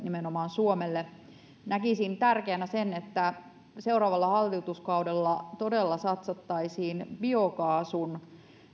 nimenomaan suomelle näkisin tärkeänä sen että seuraavalla hallituskaudella todella satsattaisiin biokaasun